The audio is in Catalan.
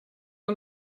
que